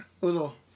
little